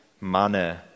manner